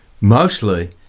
mostly